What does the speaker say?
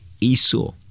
Esau